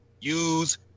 use